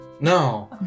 No